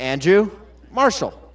and you marshall